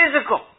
physical